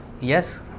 yes